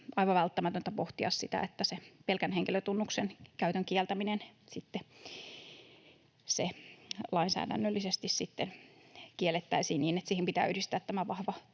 aivan välttämätöntä pohtia pelkän henkilötunnuksen käytön kieltämistä, eli se lainsäädännöllisesti sitten kiellettäisiin, niin että siihen pitää yhdistää tämä vahva